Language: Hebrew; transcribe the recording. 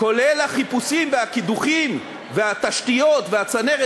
כולל החיפושים והקידוחים והתשתיות והצנרת,